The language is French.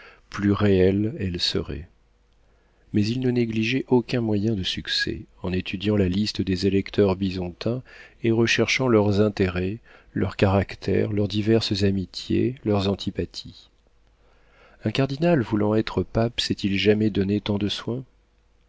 plus réelle elle serait mais il ne négligeait aucun moyen de succès en étudiant la liste des électeurs bisontins et recherchant leurs intérêts leurs caractères leurs diverses amitiés leurs antipathies un cardinal voulant être pape s'est-il jamais donné tant de soin